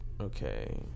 Okay